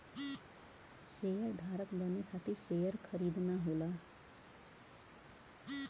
शेयरधारक बने खातिर शेयर खरीदना होला